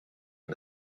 and